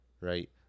right